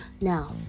now